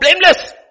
blameless